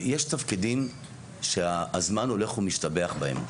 יש תפקידים שהזמן הולך ומשתבח בהם.